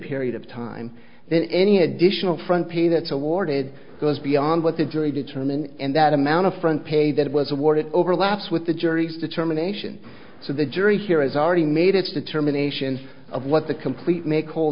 period of time then any additional front pay that's awarded goes beyond what the jury determined in that amount of front pay that was awarded overlaps with the jury's determination so the jury here has already made its determinations of what the complete